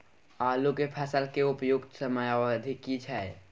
आलू के फसल के उपयुक्त समयावधि की छै?